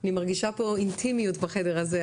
אני מרגישה כאן אינטימיות בחדר הזה,